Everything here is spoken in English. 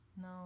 No